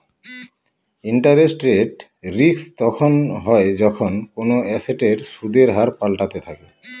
interest rate risk তখন হয় যখন কোনো এসেটের সুদের হার পাল্টাতে থাকে